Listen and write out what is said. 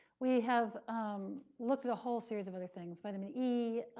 we have looked at a whole series of other things. vitamin e,